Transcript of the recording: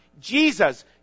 Jesus